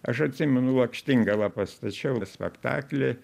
aš atsimenu lakštingalą pastačiau spektaklį